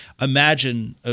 Imagine –